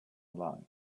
alive